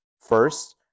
First